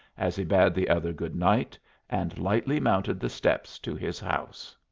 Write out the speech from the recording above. as he bade the other good night and lightly mounted the steps to his house.